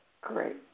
Great